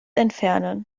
entfernen